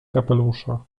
kapelusza